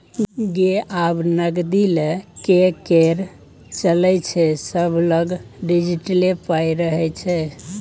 गै आब नगदी लए कए के चलै छै सभलग डिजिटले पाइ रहय छै